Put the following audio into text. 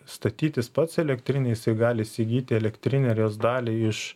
statytis pats elektrinę jisai gali įsigyti elektrinę ar jos dalį iš